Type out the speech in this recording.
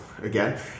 again